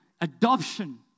adoption